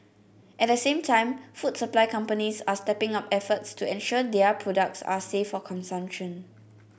at the same time food supply companies are stepping up efforts to ensure their products are safe for consumption